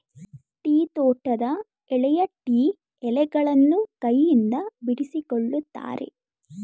tea ತೋಟದ ಎಳೆಯ tea ಎಲೆಗಳನ್ನು ಕೈಯಿಂದ ಬಿಡಿಸಿಕೊಳ್ಳುತ್ತಾರೆ